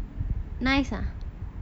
nice not